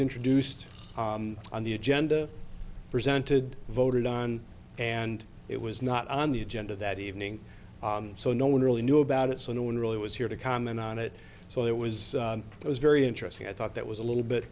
introduced on the agenda presented voted on and it was not on the agenda that evening so no one really knew about it so no one really was here to comment on it so it was it was very interesting i thought that was a little bit